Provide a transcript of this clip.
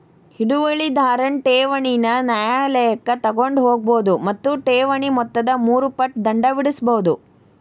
ಹಿಡುವಳಿದಾರನ್ ಠೇವಣಿನ ನ್ಯಾಯಾಲಯಕ್ಕ ತಗೊಂಡ್ ಹೋಗ್ಬೋದು ಮತ್ತ ಠೇವಣಿ ಮೊತ್ತದ ಮೂರು ಪಟ್ ದಂಡ ವಿಧಿಸ್ಬಹುದು